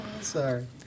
sorry